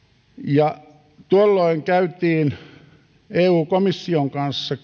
tuolloin eu komission kanssa